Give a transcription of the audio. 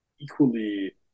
equally